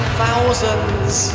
thousands